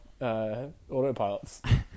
autopilots